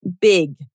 big